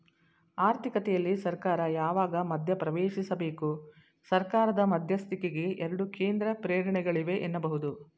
ಆರ್ಥಿಕತೆಯಲ್ಲಿ ಸರ್ಕಾರ ಯಾವಾಗ ಮಧ್ಯಪ್ರವೇಶಿಸಬೇಕು? ಸರ್ಕಾರದ ಮಧ್ಯಸ್ಥಿಕೆಗೆ ಎರಡು ಕೇಂದ್ರ ಪ್ರೇರಣೆಗಳಿವೆ ಎನ್ನಬಹುದು